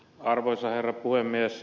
arvoisa herra puhemies